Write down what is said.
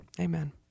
amen